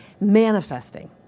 Manifesting